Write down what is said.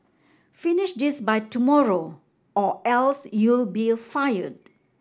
finish this by tomorrow or else you'll be fired